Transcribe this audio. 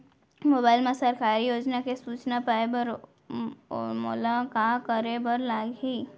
mobile मा सरकारी योजना के सूचना पाए बर मोला का करे बर लागही